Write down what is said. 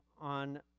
on